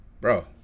bro